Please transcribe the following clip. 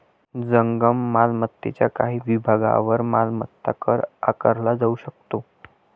जंगम मालमत्तेच्या काही विभागांवर मालमत्ता कर आकारला जाऊ शकतो